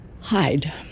hide